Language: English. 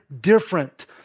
different